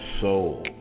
soul